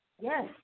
Yes